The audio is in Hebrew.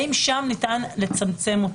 האם שם ניתן לצמצם אותה?